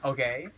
Okay